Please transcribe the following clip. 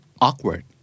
Awkward